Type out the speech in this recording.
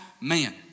man